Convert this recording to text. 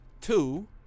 Two